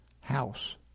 HOUSE